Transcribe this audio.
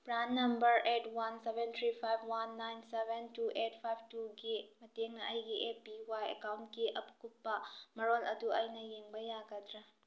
PRAN number eight one seven three five one nine seven two eight five ꯇꯨꯒꯤ ꯃꯇꯦꯡꯅ ꯑꯩꯒꯤ A P Y ꯑꯦꯛꯀꯥꯎꯟꯒꯤ ꯑꯀꯨꯄꯄ ꯃꯔꯣꯜ ꯑꯗꯨ ꯑꯩꯅ ꯌꯦꯡꯕ ꯌꯥꯒꯗ꯭ꯔꯥ